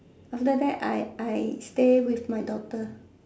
after that I I stay with my daughter